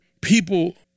people